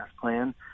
plan